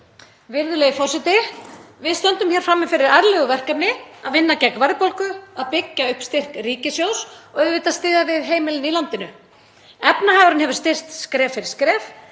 Virðulegi forseti. Við stöndum hér frammi fyrir ærnu verkefni: Að vinna gegn verðbólgu, byggja upp styrk ríkissjóðs og auðvitað styðja við heimilin í landinu. Efnahagurinn hefur styrkst skref fyrir skref